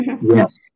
Yes